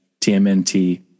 TMNT